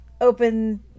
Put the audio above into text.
Open